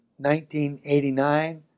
1989